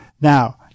Now